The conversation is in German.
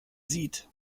sieht